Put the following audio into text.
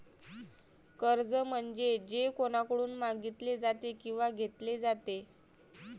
कर्ज म्हणजे जे कोणाकडून मागितले जाते किंवा घेतले जाते